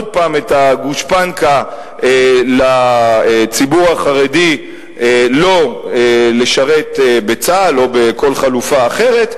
פעם את הגושפנקה לציבור החרדי לא לשרת בצה"ל או בכל חלופה אחרת,